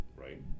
Right